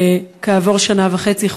וכעבור שנה וחצי,